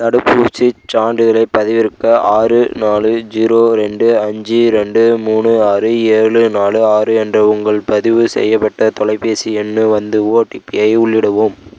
தடுப்பூசிச் சான்றிதழைப் பதிவிறக்க ஆறு நாலு ஜீரோ ரெண்டு அஞ்சு ரெண்டு மூணு ஆறு ஏழு நாலு ஆறு என்ற உங்கள் பதிவு செய்யப்பட்ட தொலைபேசி எண் வந்து ஓடிபியை உள்ளிடவும்